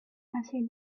answered